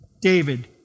David